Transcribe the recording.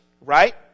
right